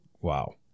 wow